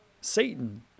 Satan